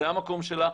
זה המקום שלה.